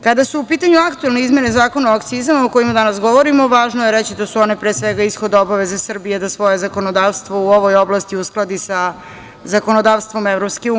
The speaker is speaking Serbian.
Kada su u pitanju aktuelne izmene Zakona o akcizama, o kojima danas govorimo, važno je reći da su one, pre svega, ishod obaveze Srbije da svoje zakonodavstvo u ovoj oblasti uskladi sa zakonodavstvom EU.